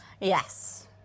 Yes